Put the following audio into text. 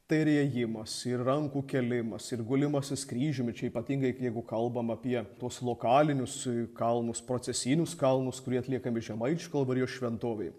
tai ir ėjimas ir rankų kėlimas ir gulimasis kryžiumi čia ypatingai jeigu kalbama apie tuos lokalinius kalnus procesinius kalnus kurie atliekami žemaičių kalvarijos šventovėj